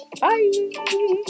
Bye